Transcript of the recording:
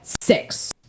six